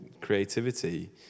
creativity